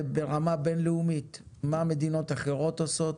ברמה בין-לאומית, מה מדינות אחרות עושות?